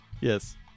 yes